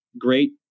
great